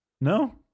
No